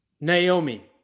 Naomi